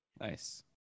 Nice